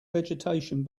vegetation